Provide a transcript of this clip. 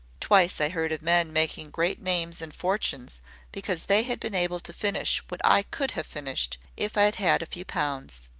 twice i heard of men making great names and for tunes because they had been able to finish what i could have finished if i had had a few pounds.